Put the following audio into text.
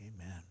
Amen